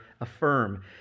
affirm